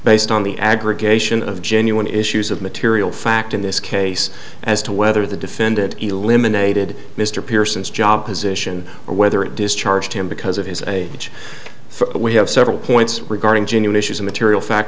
based on the aggregation of genuine issues of material fact in this case as to whether the defendant eliminated mr pearson's job position or whether it discharged him because of his age for we have several points regarding genuine issues of material fact